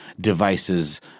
devices